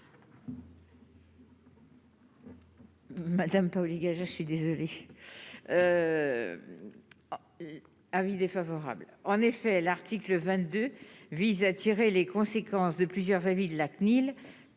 Madame Paoli, je suis désolé. Avis défavorable, en effet, l'article 22 vise à tirer les conséquences de plusieurs avis de la CNIL,